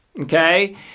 Okay